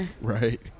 right